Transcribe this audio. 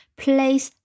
place